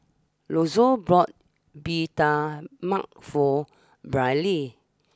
Lonzo bought Bee Tai Mak for Brylee